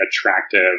attractive